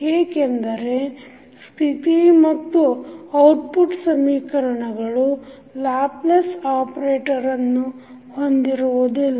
ಏಕೆಂದರೆ ಸ್ಥಿತಿ ಮತ್ತು ಔಟ್ಪುಟ್ ಸಮೀಕರಣಗಳು ಲ್ಯಾಪ್ಲೇಸ್ ಆಪರೇಟರ್ ನ್ನು ಹೊಂದಿರುವುದಿಲ್ಲ